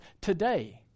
today